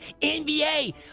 NBA